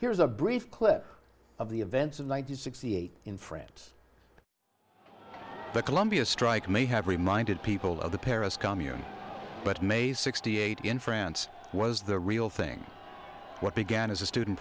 here's a brief clip of the events of nine hundred sixty eight in france the columbia strike may have reminded people of the paris commune but may sixty eight in france was the real thing what began as a student